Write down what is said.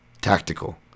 tactical